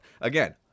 again